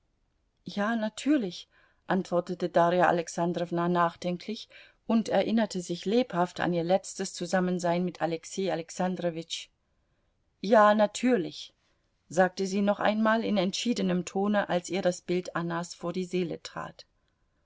ja natürlich antwortete darja alexandrowna nachdenklich und erinnerte sich lebhaft an ihr letztes zusammensein mit alexei alexandrowitsch ja natürlich sagte sie noch einmal in entschiedenem tone als ihr das bild annas vor die seele trat